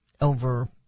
over